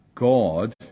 God